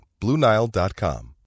BlueNile.com